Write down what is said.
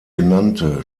genannte